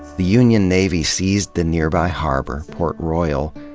the union navy seized the nearby harbor, port royal,